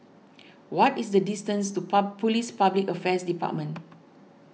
what is the distance to Police Public Affairs Department